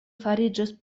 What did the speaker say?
fariĝis